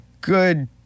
good